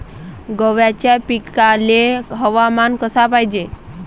गव्हाच्या पिकाले हवामान कस पायजे?